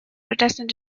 protestant